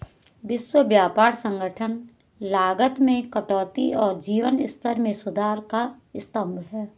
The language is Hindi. विश्व व्यापार संगठन लागत में कटौती और जीवन स्तर में सुधार का स्तंभ है